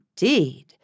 indeed